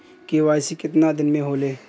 KYC कितना दिन में होले?